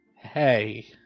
Hey